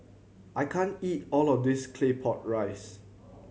I can't eat all of this Claypot Rice